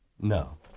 No